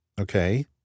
Okay